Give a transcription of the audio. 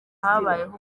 habayeho